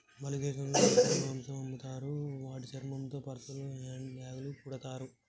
Bali దేశంలో ముసలి మాంసం అమ్ముతారు వాటి చర్మంతో పర్సులు, హ్యాండ్ బ్యాగ్లు కుడతారు